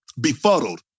befuddled